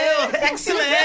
Excellent